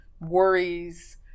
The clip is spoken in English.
worries